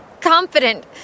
confident